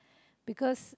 because